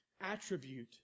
attribute